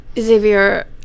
Xavier